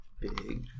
big